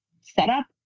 setup